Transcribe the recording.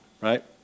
right